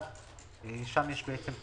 לעורכי הדין שלהם - וידעו שיש שלוש שנות